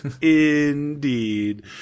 indeed